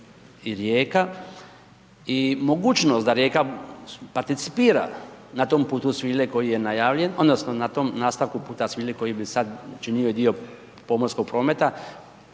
i Rijeka. I mogućnost da Rijeka participira na tom Putu svile koji je najavljen, odnosno na tom nastavku Puta svile koji bi sad činio i dio pomorskog prometa,